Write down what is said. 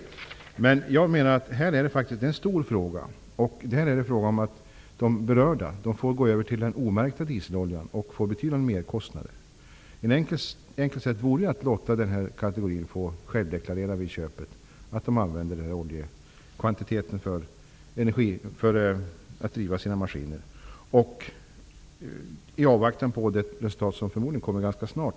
Men detta är en stor fråga. De berörda får betydande merkostnader om de skall gå över till den ofärgade dieseloljan. Ett enkelt sätt vore att denna kategori vid köpet fick deklarera att oljekvantiteten skall användas för drivmedel till maskinerna, i avvaktan på utredningens resulat som förmodligen kommer ganska snart.